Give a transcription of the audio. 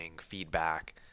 feedback